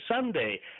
Sunday